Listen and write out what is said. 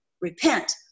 repent